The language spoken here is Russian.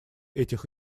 этих